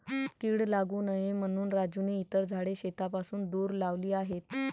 कीड लागू नये म्हणून राजूने इतर झाडे शेतापासून दूर लावली आहेत